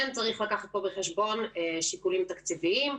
כן צריך לקחת פה בחשבון שיקולים תקציביים,